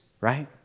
right